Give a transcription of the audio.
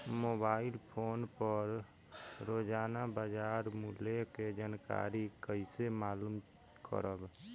Mobile phone पर रोजाना बाजार मूल्य के जानकारी कइसे मालूम करब?